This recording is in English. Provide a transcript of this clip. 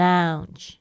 Lounge